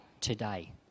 today